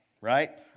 right